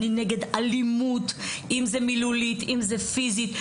אני נגד אלימות, אם מילולית ואם פיזית.